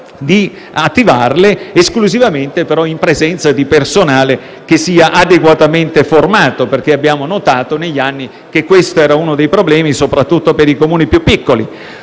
di attivarle esclusivamente in presenza di personale che sia adeguatamente formato. Negli anni infatti, abbiamo notato, che questo era uno dei problemi soprattutto per i Comuni più piccoli.